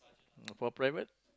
for private